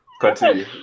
Continue